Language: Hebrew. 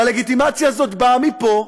והלגיטימציה הזאת באה מפה,